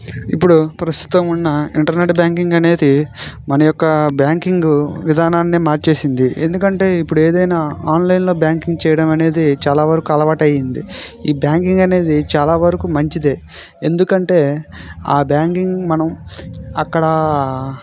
ఇప్పుడు ప్రస్తుతం ఉన్న ఇంటర్నెట్ బ్యాంకింగ్ అనేది మన యొక్క బ్యాంకింగు విధానాన్ని మార్చేసింది ఎందుకంటే ఇప్పుడేదైనా ఆన్లైన్లో బ్యాంకింగ్ చేయడం అనేది చాలా వరకు అలవాటు అయ్యింది ఈ బ్యాంకింగ్ అనేది చాలా వరకు మంచిది ఎందుకంటే ఆ బ్యాంకింగ్ మనం అక్కడ